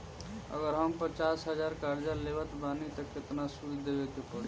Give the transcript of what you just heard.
अगर हम पचास हज़ार कर्जा लेवत बानी त केतना सूद देवे के पड़ी?